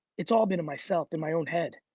it's all been in myself in my own head.